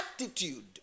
attitude